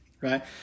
right